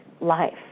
life